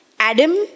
Adam